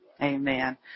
Amen